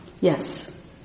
Yes